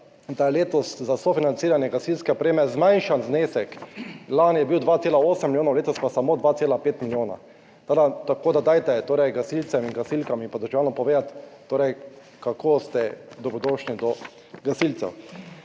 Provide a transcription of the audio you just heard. da je letos za sofinanciranje gasilske opreme zmanjšan znesek, lani je bil 2,8 milijona, letos pa samo 2,5 milijona, tako da dajte torej gasilcem in gasilkam in državljanom povedati torej kako ste dobrodošli do gasilcev?